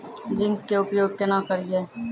Zinc के उपयोग केना करये?